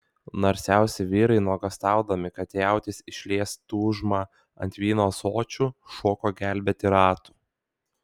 narsiausi vyrai nuogąstaudami kad jautis išlies tūžmą ant vyno ąsočių šoko gelbėti ratų